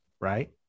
Right